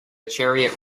chariot